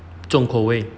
重口味